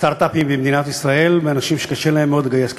סטרט-אפים במדינת ישראל של אנשים שקשה להם מאוד לגייס כסף.